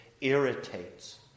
irritates